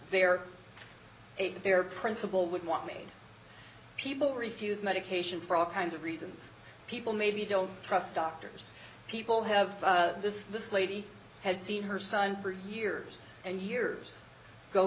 they're their principal would want made people refuse medication for all kinds of reasons people maybe don't trust doctors people have this this lady had seen her son for years and years go